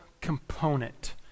component